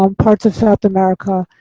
um parts of south america,